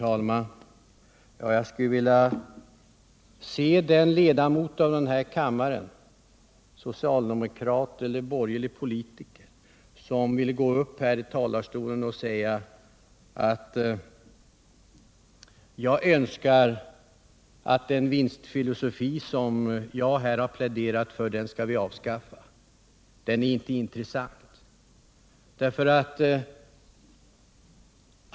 Herr talman! Jag skulle vilja se den ledamot av denna kammare, socialdemokrat eller borgerlig politiker, som vill gå upp i talarstolen och säga att han önskar att den vinstfilosofi som jag här pläderar för inte är intressant utan skall avskaffas.